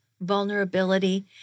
vulnerability